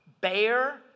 bear